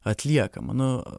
atliekama nu